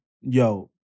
yo